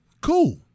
cool